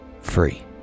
...free